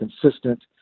consistent